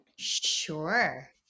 Sure